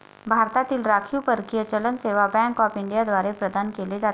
भारतातील राखीव परकीय चलन सेवा बँक ऑफ इंडिया द्वारे प्रदान केले जाते